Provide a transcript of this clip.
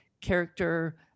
character